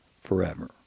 forever